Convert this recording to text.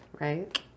right